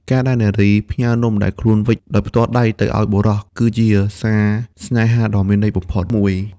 ការដែលនារីផ្ញើនំដែលខ្លួនវេចដោយផ្ទាល់ដៃទៅឱ្យបុរស គឺជាសារស្នេហាដ៏មានន័យបំផុតមួយ។